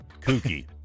kooky